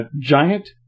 giant